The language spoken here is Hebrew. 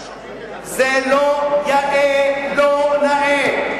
יש אומרים, זה לא יאה, לא נאה.